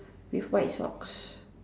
with white socks